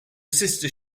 sister